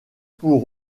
pour